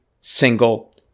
single